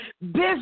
business